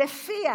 שלפיה